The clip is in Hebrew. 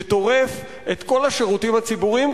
שטורף את כל השירותים הציבוריים,